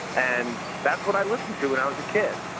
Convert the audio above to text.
and that's what i listened to when i was a kid.